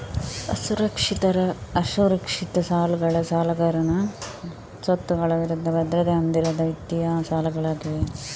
ಅಸುರಕ್ಷಿತ ಸಾಲಗಳು ಸಾಲಗಾರನ ಸ್ವತ್ತುಗಳ ವಿರುದ್ಧ ಭದ್ರತೆ ಹೊಂದಿರದ ವಿತ್ತೀಯ ಸಾಲಗಳಾಗಿವೆ